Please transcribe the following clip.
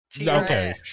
Okay